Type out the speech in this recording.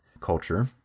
culture